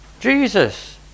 Jesus